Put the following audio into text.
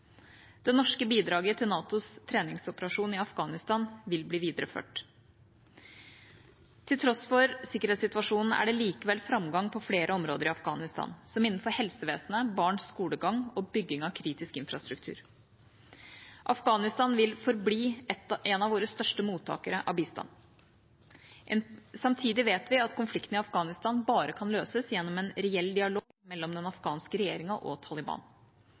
Det norske bidraget til NATOs treningsoperasjon i Afghanistan vil bli videreført. Til tross for sikkerhetssituasjonen er det likevel framgang på flere områder i Afghanistan, som innenfor helsevesenet, barns skolegang og bygging av kritisk infrastruktur. Afghanistan vil forbli en av våre største mottakere av bistand. Samtidig vet vi at konflikten i Afghanistan bare kan løses gjennom en reell dialog mellom den afghanske regjeringa og Taliban.